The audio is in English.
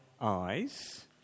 eyes